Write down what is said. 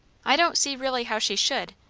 i don't see really how she should.